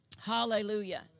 hallelujah